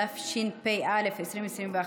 התשפ"א 2021,